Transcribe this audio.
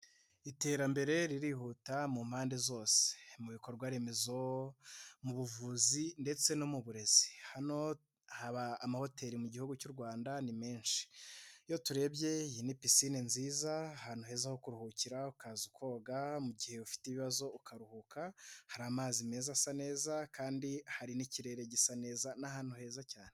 Iterambere ririhuta mu mpande zose: mu bikorwa remezo, mu buvuzi ndetse no mu burezi, hano haba amahoteli mu Gihugu cy'u Rwanda ni menshi, iyo turebye iyi ni pisine nziza ahantu heza ho kuruhukira ukaza koga mu gihe ufite ibibazo ukaruhuka, hari amazi meza asa neza kandi hari n'ikirere gisa neza, ni ahantu heza cyane.